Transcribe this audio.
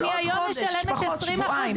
שבועיים.